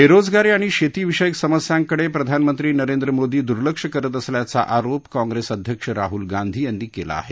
बेरोजगारी आणि शेतीविषयक समस्यांकडे प्रधानमंत्री नरेंद्र मोदी दुर्लक्ष करत असल्याचा आरोप काँग्रेस अध्यक्ष राहुल गांधी यांनी केला आहे